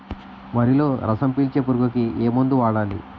వరిలో రసం పీల్చే పురుగుకి ఏ మందు వాడాలి?